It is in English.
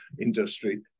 industry